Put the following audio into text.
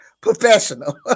professional